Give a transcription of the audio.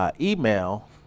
email